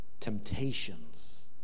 Temptations